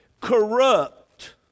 corrupt